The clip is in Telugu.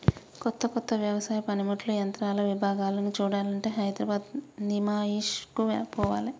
కొత్త కొత్త వ్యవసాయ పనిముట్లు యంత్రాల విభాగాలను చూడాలంటే హైదరాబాద్ నిమాయిష్ కు పోవాలే